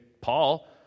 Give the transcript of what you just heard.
Paul